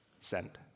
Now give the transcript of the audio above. Send